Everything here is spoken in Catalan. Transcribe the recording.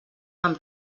amb